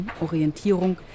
Orientierung